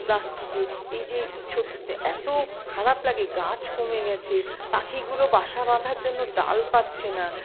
প্লাস্টিকে এই যে এতো খারাপ লাগে গাছ কমে গেছে পাখিগুলো বাসা বাঁধার জন্য ডাল পাচ্ছে না